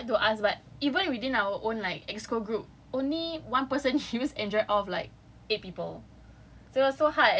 okay like we tried lah we tried to ask but even within our own EXCO group only one person use android of like eight people